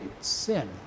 sin